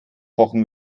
pochen